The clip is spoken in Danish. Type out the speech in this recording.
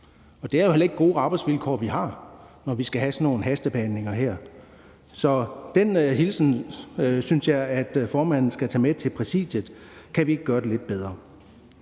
Det er jo heller ikke gode arbejdsvilkår, vi har, når vi skal have sådan nogle hastebehandlinger her. Så den hilsen synes jeg at formanden skal tage med til Præsidiet. Kan vi ikke gøre det lidt bedre?